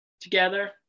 together